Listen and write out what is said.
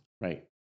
right